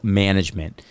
management